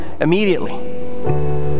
immediately